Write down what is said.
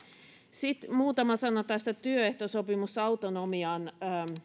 sitten muutama sana tästä työehtosopimusautonomian